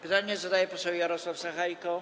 Pytanie zadaje poseł Jarosław Sachajko.